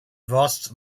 voss